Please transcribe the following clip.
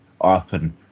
often